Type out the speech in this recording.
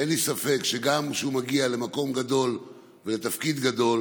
אין לי ספק שגם כשהוא מגיע למקום גדול ולתפקיד גדול